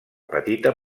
petita